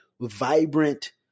vibrant